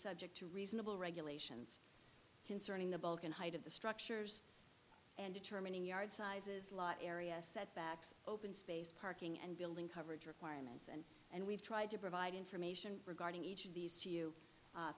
subject to reasonable regulations concerning the balkan height of the structures and determining yard sizes lot areas setbacks open space parking and building coverage requirements and and we've tried to provide information regarding each of these to you